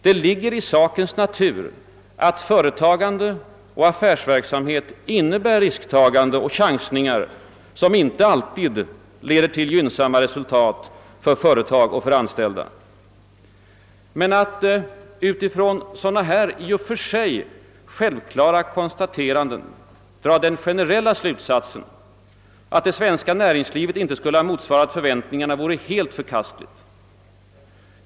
Det ligger i sakens natur att företagande och affärsverksamhet innebär risktagande och chansningar som inte alltid leder till gynnsamma resultat för företag och för anställda. Men att utifrån sådana här i och för sig självklara konstateranden dra den generella slutsatsen att det svenska näringslivet inte skulle ha motsvarat förväntningarna vore helt förkastligt.